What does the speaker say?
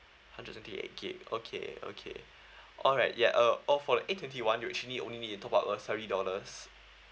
hundred twenty eight gig okay okay alright ya uh oh for a twenty one you actually only need to top up uh thirty dollars